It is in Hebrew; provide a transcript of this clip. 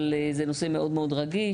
אבל זה נשוא מאוד מאוד רגיש.